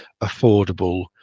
affordable